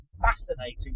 fascinating